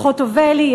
חוטובלי,